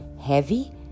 Heavy